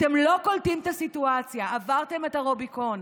אתם לא קולטים את הסיטואציה: עברתם את הרוביקון.